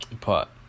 pot